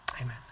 amen